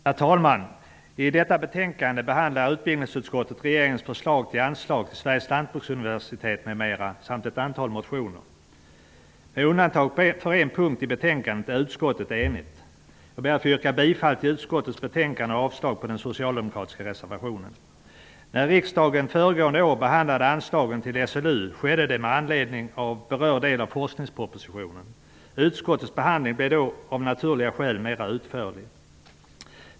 Herr talman! I detta betänkande behandlar utbildningsutskottet regeringens förslag till anslag till Sveriges lantbruksuniversitet, m.m. samt ett antal motioner. Med undantag för en punkt i betänkandet är utskottet enigt. Jag ber att få yrka bifall till hemställan i utskottets betänkande och avslag på den socialdemokratiska reservationen. När riksdagen föregående år behandlade anslagen till SLU skedde det med anledning av den berörda delen av forskningspropositionen. Utskottets behandling blev då av naturliga skäl mera utförlig.